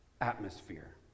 atmosphere